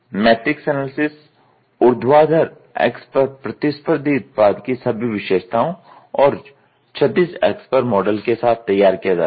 matrix analysis ऊर्ध्वाधर अक्ष पर प्रतिस्पर्धी उत्पाद की सभी विशेषताओं और क्षैतिज अक्ष पर मॉडल के साथ तैयार किया जाता है